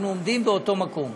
אנחנו עומדים באותו מקום.